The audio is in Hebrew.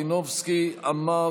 יוליה מלינובסקי קונין,